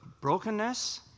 brokenness